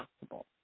possible